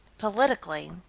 politically,